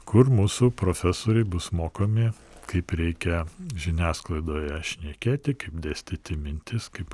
kur mūsų profesoriai bus mokomi kaip reikia žiniasklaidoje šnekėti kaip dėstyti mintis kaip